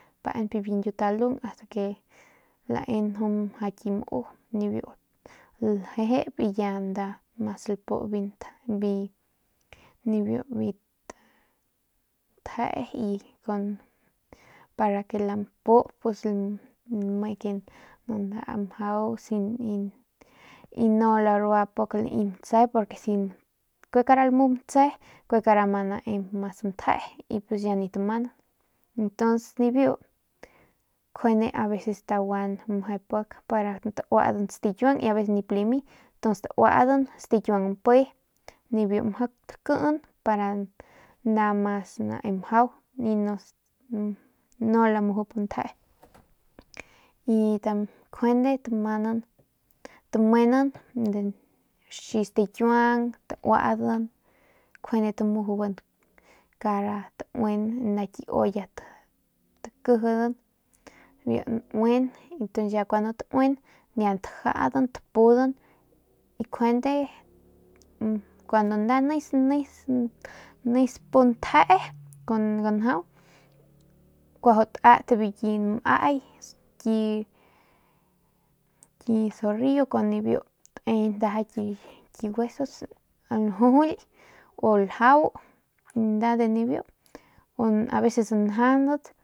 Lapup biu ntje y para lapup lame ke ndaa mjau sin y no narua pik lai matse porque si kue kara lamu matse kue kara ma nae mas ntje y pus ya nip tamanan y ntun nibiu mejenan taguan pik para tauadan stikiuang y aveces nip lami entonces taudan stakiuang mpe nibiu mjau takin para nda mas nae mjau y no lamujup ntjee y njuande tamanan tamenan raxi stakiuang tauadan njuande tamujuban kara tauin nda ki olla takijidan biu tauin y ya kuandu tauin ya tajadan tapun y njuende y kuandu nda nes nes pu ntjee kun ganjau kuajau tat biu ki nmay ki zorrillo kun nibiu te ndaja ki huesos ljujuly o ljiau nda de nibiu o aveces njaundat.